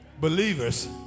believers